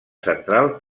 central